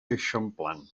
eixamplant